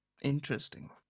Interesting